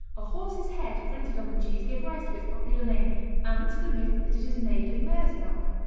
a horse's head printed on the cheese gave rise to its popular name and to the myth that it is made of mare's milk.